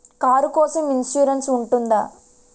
Car కోసం insurance ఉంటుందా?